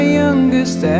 youngest